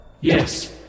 Yes